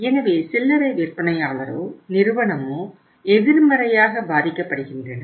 எனவே சில்லறை விற்பனையாளரோ நிறுவனமோ எதிர்மறையாக பாதிக்கப்படுகின்றன